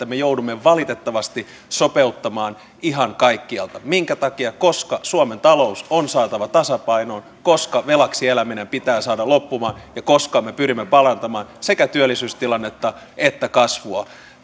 me joudumme valitettavasti sopeuttamaan ihan kaikkialta minkä takia koska suomen talous on saatava tasapainoon koska velaksi eläminen pitää saada loppumaan ja koska me pyrimme parantamaan sekä työllisyystilannetta että kasvua